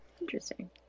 Interesting